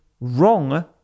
wrong